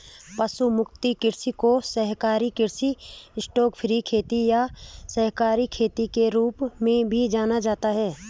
पशु मुक्त कृषि को शाकाहारी कृषि स्टॉकफ्री खेती या शाकाहारी खेती के रूप में भी जाना जाता है